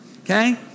Okay